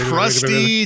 crusty